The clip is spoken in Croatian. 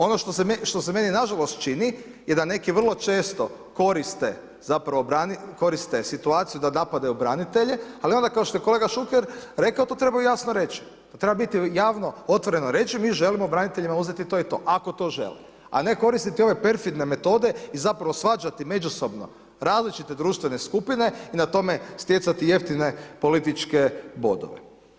Ono što se meni nažalost čini je da neki vrlo često koriste situaciju da napadaju branitelje, ali ono kao što je kolega Šuker rekao, to treba jasno reći, to treba biti javno otvoreno reći, mi želimo braniteljima uzeti to i to, ako to žele, a ne koristiti ove perfidne metode i zapravo svađati međusobno različite društvene skupine i na tome stjecati jeftine političke bodove.